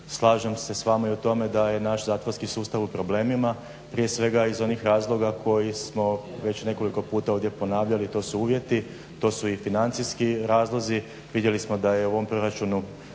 Slažem se s vama i u tome da je naš zatvorski sustav u problemima, prije svega iz onih razloga koji smo već nekoliko puta ovdje ponavljali, to su uvjeti, to su i financijski razlozi. Vidjeli smo da je u ovom proračunu